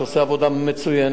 שעושה עבודה מצוינת,